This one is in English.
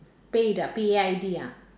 paid ah P A I D ah